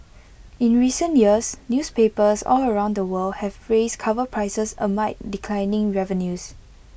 in recent years newspapers all around the world have raised cover prices amid declining revenues